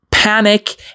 Panic